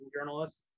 journalists